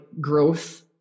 growth